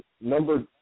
Number